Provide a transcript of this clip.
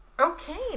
okay